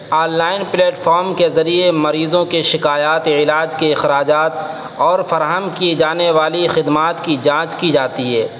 on line platform کے ذریعے مریضوں کی شکایاتِ علاج کے اخراجات اور فراہم کی جانے والی خدمات کی جانچ کی جاتی ہے